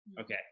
Okay